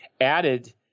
added –